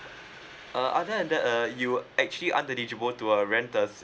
uh other than that uh you actually uneligilble to uh rent the